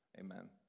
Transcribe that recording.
amen